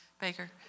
Baker